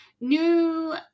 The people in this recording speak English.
new